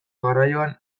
garraioan